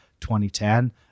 2010